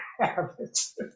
habits